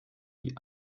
die